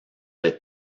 les